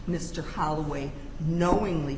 mr holloway knowingly